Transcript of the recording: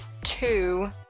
two